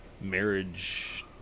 marriage